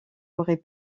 aurait